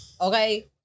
Okay